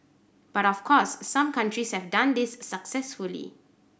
but of course some countries have done this successfully